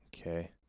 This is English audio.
Okay